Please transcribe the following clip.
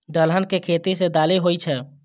दलहन के खेती सं दालि होइ छै